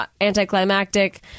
anticlimactic